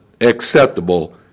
acceptable